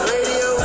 Radio